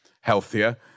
healthier